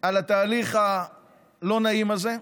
על התהליך הלא-נעים הזה.